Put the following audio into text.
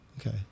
Okay